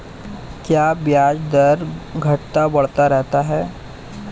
क्या ब्याज दर घटता बढ़ता रहता है?